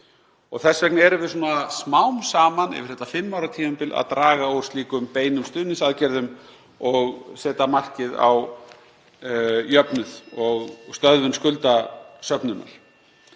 Þess vegna erum við smám saman yfir þetta fimm ára tímabil að draga úr slíkum beinum stuðningsaðgerðum og setja markið á jöfnuð (Forseti hringir.) og stöðvun skuldasöfnunar.